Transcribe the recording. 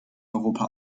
europa